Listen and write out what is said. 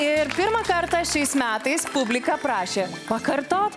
ir pirmą kartą šiais metais publika prašė pakartot